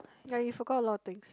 ya you forgot a lot of things